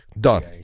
Done